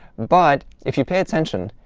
but if you pay attention,